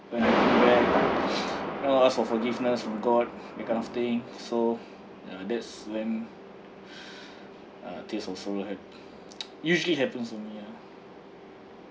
when you know ask for forgiveness from god that kind of thing so you know that's when uh tears of sorrow hap~ usually happens to me ah